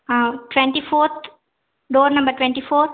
ah twenty fourth door number twenty four